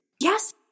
Yes